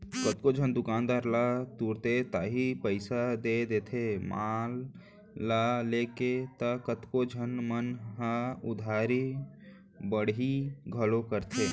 कतको झन दुकानदार ह तुरते ताही पइसा दे देथे माल ल लेके त कतको झन मन ह उधारी बाड़ही घलौ करथे